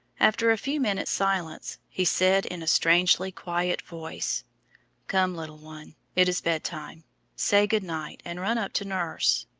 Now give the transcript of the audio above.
after a few minutes' silence he said, in a strangely quiet voice come, little one, it is bedtime say good-night, and run up to nurse!